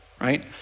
right